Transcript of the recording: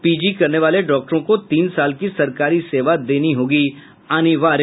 PG करनेवाले डॉक्टरों को तीन साल की सरकारी सेवा देनी होगी अनिवार्य